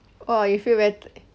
!wah! you feel very